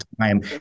time